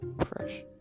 fresh